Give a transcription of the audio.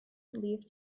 leave